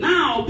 Now